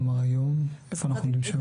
כלומר היום איפה אנחנו עומדים שם?